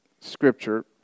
scripture